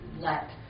let